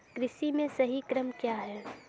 कृषि में सही क्रम क्या है?